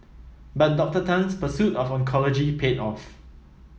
but Doctor Tan's pursuit of oncology paid off